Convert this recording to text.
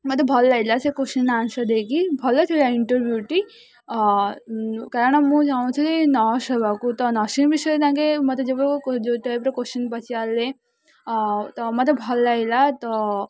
ମୋତେ ଭଲ ଲାଗା ସେ କୋଶ୍ଚିନ୍ ଆନ୍ସର୍ ଦେଇକି ଭଲ ଥିଲା ଇଣ୍ଟରଭ୍ୟୁଟି କାରଣ ମୁଁ ଚାହୁଁଥିଲି ନର୍ସ ହେବାକୁ ତ ନର୍ସିଂ ବିଷୟରେ ତାଙ୍କେ ମୋତେ ଯେବେ ଯେଉଁ ଟାଇପ୍ର କୋଶ୍ଚିନ୍ ପଚାରିଲେ ତ ମୋତେ ଭଲ ଲାଗିଲା ତ